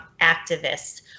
activists